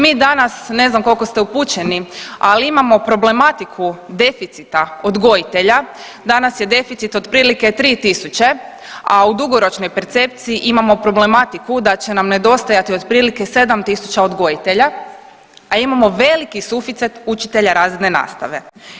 Mi danas, ne znam koliko ste upućeni, ali imamo problematiku deficita odgojitelja, danas je deficit otprilike 3.000, a u dugoročnoj percepciji imamo problematiku da će nam nedostajati otprilike 7.000 odgojitelja, a imamo veliki suficit učitelja razredne nastave.